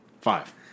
Five